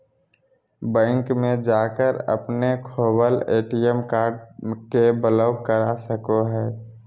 bank में जाकर अपने खोवल ए.टी.एम कार्ड के ब्लॉक करा सको हइ